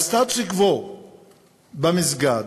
הסטטוס-קוו במסגד,